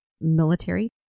military